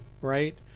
right